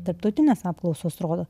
tarptautinės apklausos rodo